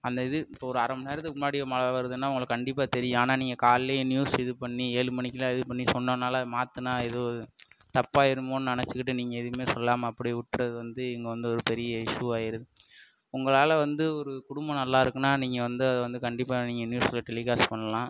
அந்த இது இப்போது ஒரு அரை மணிநேரத்துக்கு முன்னாடி மழை வருதுன்னால் உங்களுக்கு கண்டிப்பாக தெரியும் ஆனால் நீங்கள் காலைலயே நியூஸ் இது பண்ணி ஏழு மணிக்கெல்லாம் இது பண்ணி சொன்னதினால மாற்றினா எதுவும் தப்பாக ஆயிடுமோனு நினச்சிக்கிட்டு நீங்கள் எதுவுமே சொல்லாமல் அப்படியே விட்றது வந்து இங்கே வந்து ஒரு பெரிய இஷ்யூவாகிருது உங்களால் வந்து ஒரு குடும்பம் நல்லா இருக்குனால் நீங்கள் வந்து அதை வந்து கண்டிப்பாக நீங்கள் நியூஸில் டெலிகாஸ்ட் பண்ணலாம்